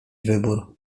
wybór